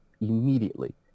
immediately